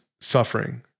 suffering